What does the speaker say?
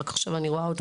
רק עכשיו אני רואה אותו,